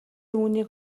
үүнийг